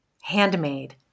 handmade